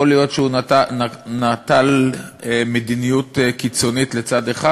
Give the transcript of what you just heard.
יכול להיות שהוא נטל מדיניות קיצונית לצד אחד,